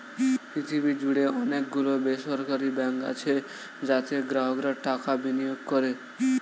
পৃথিবী জুড়ে অনেক গুলো বেসরকারি ব্যাঙ্ক আছে যাতে গ্রাহকরা টাকা বিনিয়োগ করে